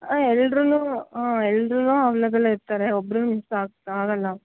ಆಂ ಎಲ್ರು ಹಾಂ ಎಲ್ರು ಅವ್ಲೇಬಲ್ಲೆ ಇರ್ತಾರೆ ಒಬ್ಬರೂ ಮಿಸ್ ಆಗ್ತಾ ಆಗೋಲ್ಲ